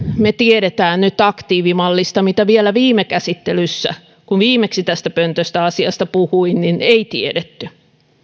me tiedämme nyt aktiivimallista mitä vielä viime käsittelyssä kun viimeksi tästä pöntöstä asiasta puhuin ei tiedetty